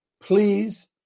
Please